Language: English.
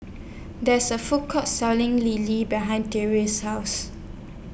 There IS A Food Court Selling Lele behind Tressa's House